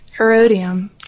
Herodium